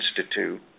Institute